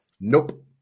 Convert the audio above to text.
Nope